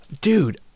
dude